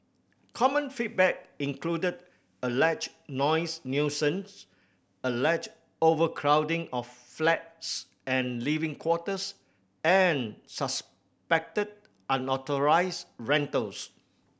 common feedback included alleged noise nuisance alleged overcrowding of flats and living quarters and suspected unauthorised rentals